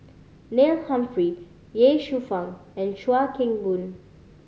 Neil Humphrey Ye Shufang and Chuan Keng Boon